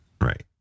Right